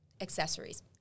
accessories